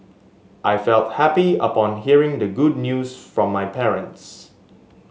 I felt happy upon hearing the good news from my parents